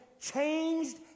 changed